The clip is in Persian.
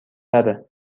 تره